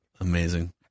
amazing